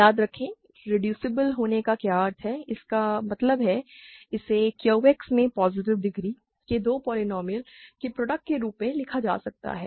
याद रखें रिड्यूसिबल होने का क्या अर्थ है इसका मतलब है कि इसे Q X में पॉजिटिव डिग्री के दो पोलीनोमिअल के प्रोडक्ट के रूप में लिखा जा सकता है